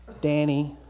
Danny